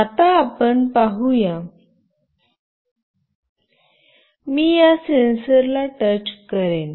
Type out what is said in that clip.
आता आपण पाहूया मी या सेन्सरला टच करेन